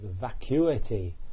vacuity